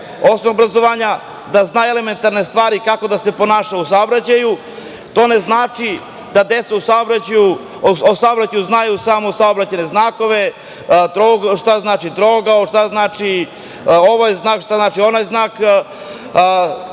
u školi, da zna elementarne stvari kako da se ponaša u saobraćaju. To ne znači da deca o saobraćaju znaju samo saobraćajne znake, šta znači trougao, šta znači ovaj znak, šta znači onaj znak.